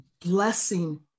blessing